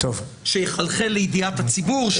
שיחלחל לידיעת הציבור,